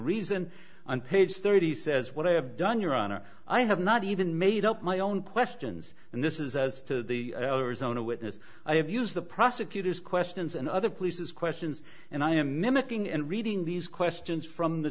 reason on page thirty says what i have done your honor i have not even made up my own questions and this is as the zona witness i have used the prosecutor's questions and other police's questions and i am mimicking and reading these questions from the